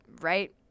right